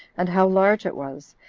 and how large it was,